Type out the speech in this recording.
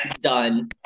done